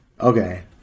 okay